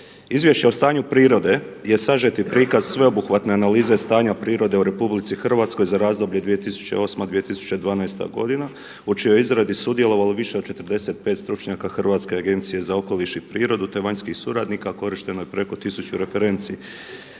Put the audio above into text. Izvješće o stanju prirode je sažeti prikaz sveobuhvatne analize stanja prirode u RH za razdoblje 2008./2012. godina u čijoj je izradi sudjelovalo više od 45 stručnjaka Hrvatske agencije za okoliš i prirodu te vanjskih suradnika korišteno je preko tisuću referenci.